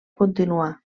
continuar